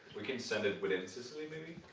we can send it within sicily maybe?